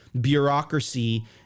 bureaucracy